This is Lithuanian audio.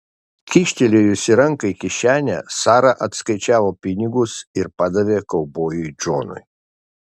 kyštelėjusi ranką į kišenę sara atskaičiavo pinigus ir padavė kaubojui džonui